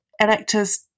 electors